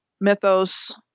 mythos